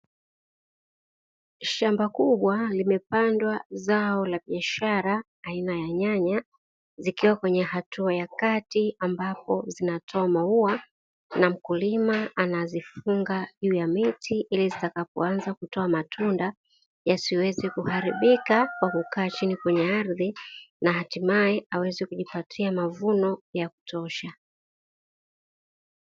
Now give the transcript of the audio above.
Shamba kubwa limepandwa zao la biashara ya nyanya zikiwa kwenye hatua ya kati, ambapo zinatoa maua na mkulima anazifunga juu ya miti ili zitakapoanza kutoa matunda yasiweze kuharibika kwa kukaa chini kwenye ardhi; na hatimaye aweze kujipatia mavuno ya kutosha.